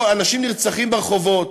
פה אנשים נרצחים ברחובות,